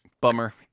Bummer